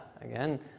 Again